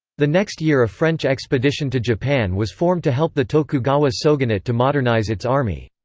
the next year a french expedition to japan was formed to help the tokugawa shogunate to modernize its army.